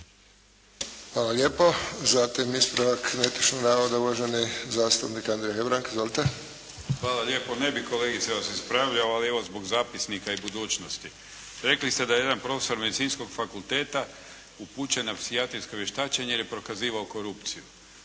Hvala lijepo. Zatim ispravak netočnog navoda, uvaženi zastupnik Andrija Hebrang. Izvolite. **Hebrang, Andrija (HDZ)** Hvala lijepo, ne bih kolegice vas ispravljao, ali evo zbog zapisnika i budućnosti. Rekli ste da je jedan profesor medicinskog fakulteta upućen na psihijatrijsko vještačenje jer je prokazivao korupciju.